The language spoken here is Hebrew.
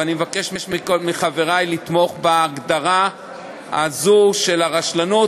ואני מבקש מחברי לתמוך בהגדרה הזו של הרשלנות